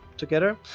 together